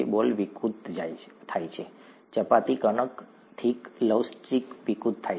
બોલ વિકૃત થાય છે ચપટી કણક ઠીક લવચીક વિકૃત થાય છે